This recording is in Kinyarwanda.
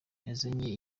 yazanye